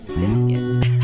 biscuit